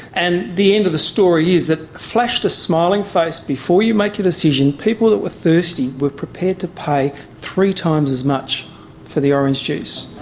and the end of the story is that flashed a smiling face before you make your decision, people that were thirsty were prepared to pay three times as much for the orange juice.